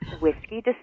whiskey